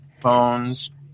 phones